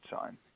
sign